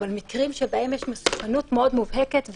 אבל במקרים שבהם יש מסוכנות מאוד מובהקת,